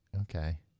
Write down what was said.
Okay